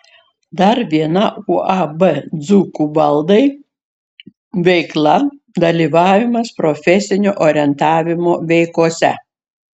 dar viena uab dzūkų baldai veikla dalyvavimas profesinio orientavimo veikose